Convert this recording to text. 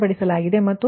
ಮತ್ತು 305